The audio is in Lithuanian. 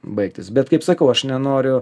baigtis bet kaip sakau aš nenoriu